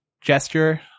gesture